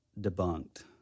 debunked